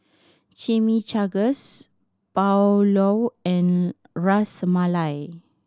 Chimichangas Pulao and Ras Malai